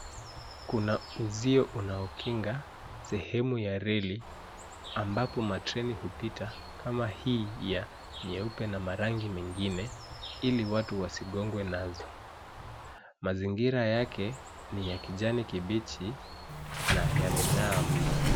Kuna uzio unaokinga sehemu ya reli ,ambapo matreni hupita, kama hii ya nyeupe na marangi mengine, ili watu wasigongwe nazo. Mazingira yake ni ya kijani kibichi na yamengaa mno.